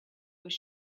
was